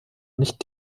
nicht